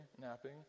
napping